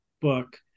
book